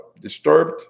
disturbed